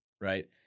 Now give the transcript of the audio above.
right